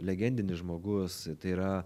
legendinis žmogus tai yra